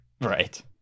Right